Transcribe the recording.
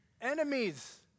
enemies